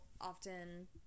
often